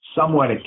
somewhat